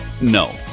no